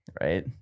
Right